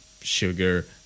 sugar